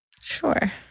Sure